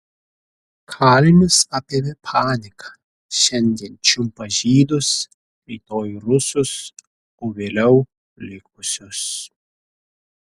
kalinius apėmė panika šiandien čiumpa žydus rytoj rusus o vėliau likusius